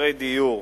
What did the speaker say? משפרי דיור,